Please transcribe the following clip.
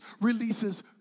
releases